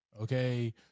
Okay